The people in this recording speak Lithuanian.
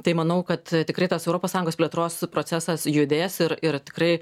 tai manau kad tikrai tas europos sąjungos plėtros procesas judės ir ir tikrai